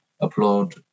applaud